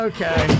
Okay